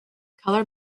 colour